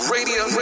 Radio